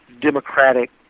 democratic